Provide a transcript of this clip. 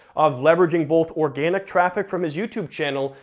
of leveraging both organic traffic from his youtube channel,